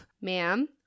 Ma'am